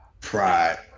Pride